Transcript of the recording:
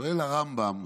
שואל הרמב"ם: